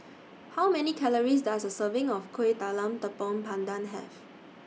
How Many Calories Does A Serving of Kueh Talam Tepong Pandan Have